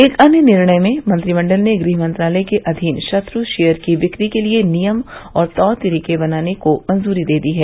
एक अन्य निर्णय में मंत्रिमंडल ने गृह मंत्रालय के अधीन शत्र शेयर की विक्री के लिए नियम और तौर तरीके बनाने को मंजूरी दे दी है